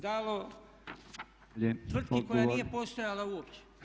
Dalo tvrtki koja nije postojala uopće.